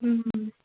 ம் ம்